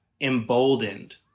emboldened